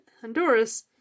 Honduras